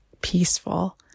peaceful